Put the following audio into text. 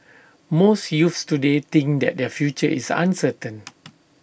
most youths today think that their future is uncertain